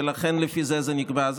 ולכן לפי זה זה נקבע.